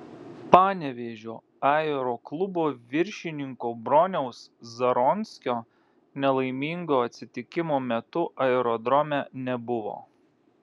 panevėžio aeroklubo viršininko broniaus zaronskio nelaimingo atsitikimo metu aerodrome nebuvo